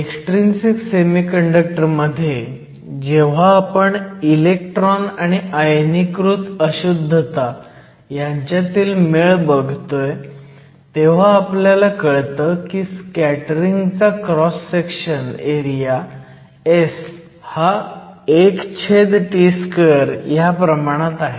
extrinsic semiconductor मध्ये जेव्हा आपण इलेक्ट्रॉन आणि आयनीकृत अशुद्धता ह्यांच्यातील मेळ बघतोय तेव्हा आपल्याला कळतं की स्कॅटरिंगचा क्रॉस सेक्शन एरिया S हा T 2 च्या प्रमाणात आहे